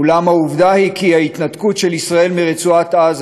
אולם העובדה היא שההתנתקות של ישראל מרצועת-עזה,